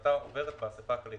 ההחלטה עוברת באסיפה הכללית.